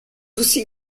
aussi